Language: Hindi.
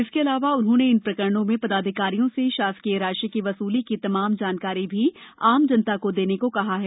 इसके अलावा उन्होंने इन प्रकरणों में पदाधिकारियों से शासकीय राशि की वसूली की तमाम जानकारी भी आम जनता को देने को कहा है